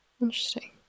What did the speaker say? interesting